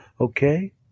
Okay